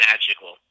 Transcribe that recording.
Magical